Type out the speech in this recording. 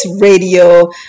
radio